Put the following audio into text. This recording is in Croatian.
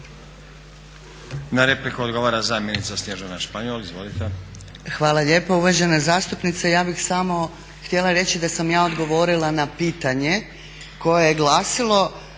Na repliku odgovara zamjenica Snježana Španjol.